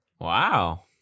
Wow